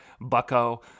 bucko